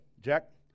Jack